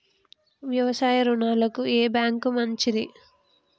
వ్యవసాయ రుణాలకు ఏ బ్యాంక్ మంచిది?